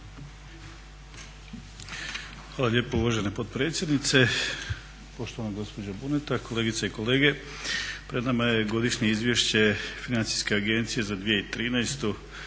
Hvala lijepo uvažena potpredsjednice. Poštovana gospođo Buneta, kolegice i kolege. Pred nama je Godišnje izvješće Financijske agencije za 2013.,